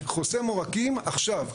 חוסם עורקים עכשיו,